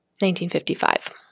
1955